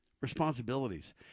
responsibilities